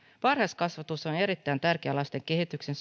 varhaiskasvatus on erittäin tärkeää lasten kehityksen